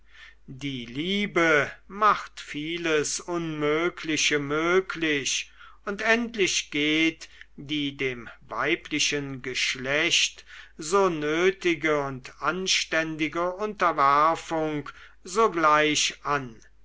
die liebe macht vieles unmögliche möglich und endlich geht die dem weiblichen geschlecht so nötige und anständige unterwerfung sogleich an